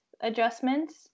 adjustments